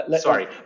sorry